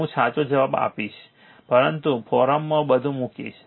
હું સાચો જવાબ આપીશ પરંતુ ફોરમમાં બધું મૂકીશ